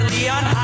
Leon